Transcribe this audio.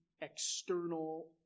external